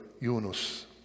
Yunus